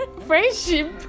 Friendship